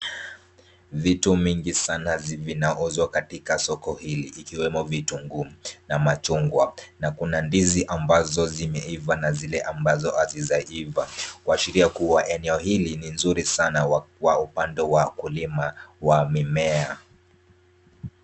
Vitu mingi sana vinauzwa katika soko hili, ikiwemo vitunguu, na machungwa na kuna ndizi ambazo zimeiva na zile ambazo hazijaiva, kuashiria kuwa eneo hili ni nzuri kwa upande wa kulima wa mimea.